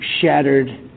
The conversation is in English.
shattered